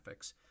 graphics